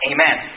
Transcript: Amen